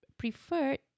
preferred